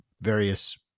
various